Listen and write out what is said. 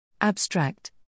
Abstract